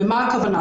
מה הכוונה?